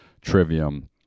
trivium